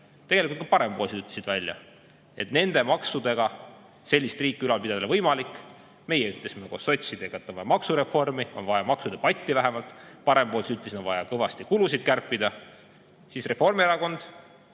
tegelikult ka Parempoolsed ütlesid välja, et nende maksudega sellist riiki ülal pidada ei ole võimalik. Meie ütlesime koos sotsidega, et on vaja maksureformi, on vaja vähemalt maksudebatti. Parempoolsed ütlesid, et on vaja kõvasti kulusid kärpida. Aga Reformierakond